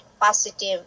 positive